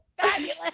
fabulous